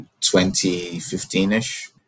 2015-ish